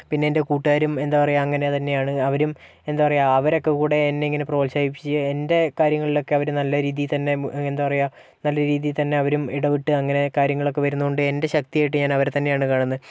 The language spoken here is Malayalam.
പിന്നെ എൻ്റെ കൂട്ടുകാരും എന്താ പറയുക അങ്ങനെ തന്നെയാണ് അവരും എന്താ പറയുക അവരൊക്കെ കൂടെ എന്നെ ഇങ്ങനെ പ്രോത്സാഹിപ്പിച് എൻ്റെ കാര്യങ്ങളിലൊക്കെ അവര് നല്ല രീതിൽ തന്നെ എന്താ പറയുക നല്ല രീതിയിൽ തന്നെ അവരും ഇടപെട്ട് അങ്ങനെ കാര്യങ്ങളൊക്കെ വരുന്നകൊണ്ട് എൻ്റെ ശക്തിയായിട്ട് ഞാൻ അവരെ തന്നെയാണ് കാണുന്നത്